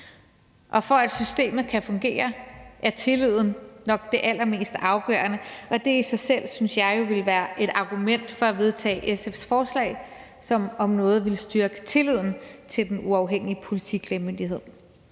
Og for at systemet kan fungere, er tilliden nok det allermest afgørende, og det vil i sig selv, synes jeg jo, være et argument for at vedtage SF's forslag, som om noget ville styrke tilliden til Den Uafhængige Politiklagemyndighed.